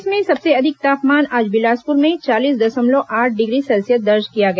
प्रदेश में सबसे अधिक तापमान आज बिलासपुर में चालीस दशमलव आठ डिग्री सेल्सियस दर्ज किया गया